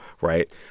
Right